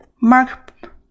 Mark